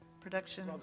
Production